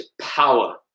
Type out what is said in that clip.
power